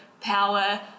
power